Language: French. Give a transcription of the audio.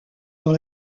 dans